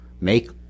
make